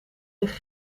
zich